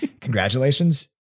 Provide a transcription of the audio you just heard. Congratulations